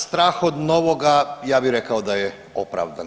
Strah od novoga ja bih rekao da je opravdan.